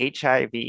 HIV